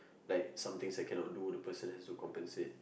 like something second on loo the person have to compensate